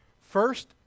first